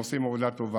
הם עושים עבודה טובה.